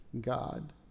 God